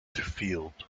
field